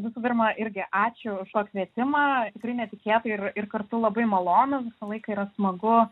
visų pirma irgi ačiū už pakvietimą tikrai netikėtai ir ir kartu labai malonu visą laiką yra smagu